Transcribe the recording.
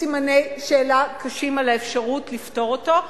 סימני שאלה קשים על האפשרות לפתור אותו,